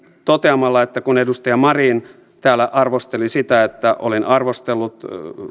toteamalla että kun edustaja marin täällä arvosteli sitä että olin arvostellut